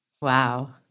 Wow